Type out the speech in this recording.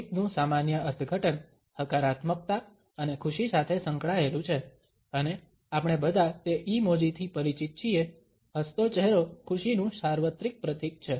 સ્મિતનું સામાન્ય અર્થઘટન હકારાત્મકતા અને ખુશી સાથે સંકળાયેલું છે અને આપણે બધા તે ઇમોજી થી પરિચિત છીએ હસતો ચહેરો ખુશીનું સાર્વત્રિક પ્રતીક છે